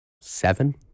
Seven